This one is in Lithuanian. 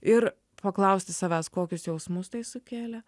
ir paklausti savęs kokius jausmus tai sukėlė